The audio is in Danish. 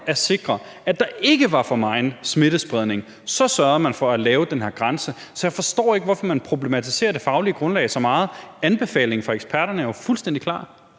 at sikre, at der ikke var for meget smittespredning, sørgede man for at lave den her grænse. Så jeg forstår ikke, hvorfor man problematiserer det faglige grundlag så meget. Anbefalingen fra eksperterne er jo fuldstændig klar.